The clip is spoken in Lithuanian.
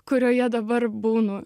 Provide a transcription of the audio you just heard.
kurioje dabar būnu